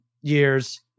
years